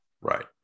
Right